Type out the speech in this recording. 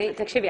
סליחה.